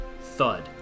thud